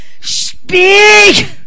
Speak